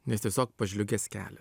nes tiesiog pažliugęs kelias